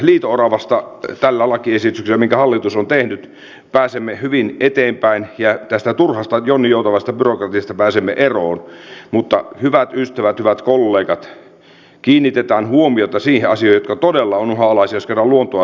liito oravasta tällä lakiesityksellä minkä hallitus on tehnyt pääsemme hyvin eteenpäin ja tästä turhasta jonninjoutavasta byrokratiasta pääsemme eroon mutta hyvät ystävät hyvät kollegat kiinnitetään huomiota niihin asioihin jotka todella ovat uhanalaisia jos kerran luontoa suojellaan